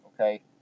okay